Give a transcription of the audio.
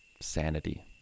sanity